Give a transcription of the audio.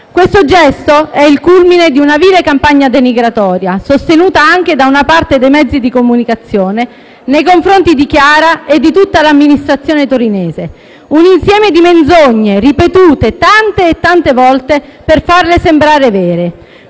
Questo gesto è il culmine di una vile campagna denigratoria, sostenuta anche da una parte dei mezzi di comunicazione nei confronti di Chiara e di tutta l'amministrazione torinese. Un insieme di menzogne, ripetute tante e tante volte, per farle sembrare vere.